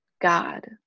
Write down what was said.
God